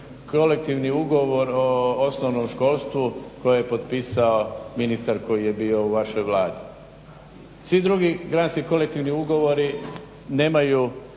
kolektivni ugovor o osnovnom školstvu koje je potpisao ministar koji je bio u vašoj Vladi. Svi drugi granski kolektivni ugovori nemaju